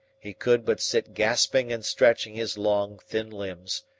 he could but sit gasping and stretching his long, thin limbs,